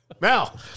Now